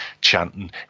chanting